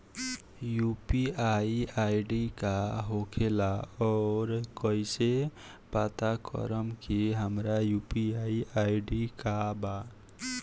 UPI ID का होखेला और कईसे पता करम की हमार यू.पी.आई आई.डी का बा?